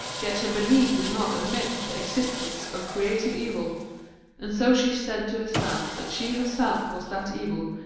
yet her belief did not admit the existence of creative evil and so she said to herself that she herself was that evil,